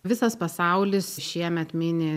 visas pasaulis šiemet mini